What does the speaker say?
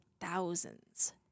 thousands